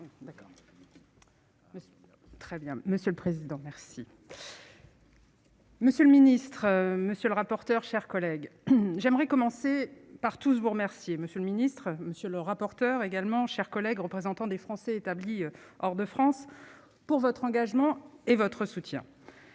Très bien monsieur le président merci. Monsieur le ministre, monsieur le rapporteur, chers collègues, j'aimerais commencer par tous vous remercier monsieur le ministre, monsieur le rapporteur également chers collègues représentants des Français établis hors de France pour votre engagement et votre soutien.